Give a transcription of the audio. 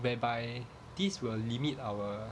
whereby this will limit our